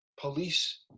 police